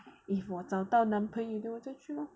if 我找到男朋友我就去 lor